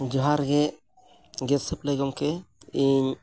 ᱡᱚᱦᱟᱨ ᱜᱮ ᱜᱚᱢᱠᱮ ᱤᱧ